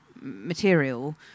material